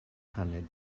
paned